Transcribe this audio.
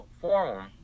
forum